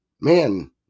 man